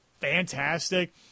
fantastic